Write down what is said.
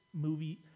movie